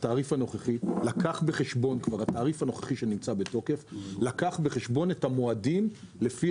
התעריף הנוכחי שנמצא בתוקף לקח בחשבון את המועדים לפי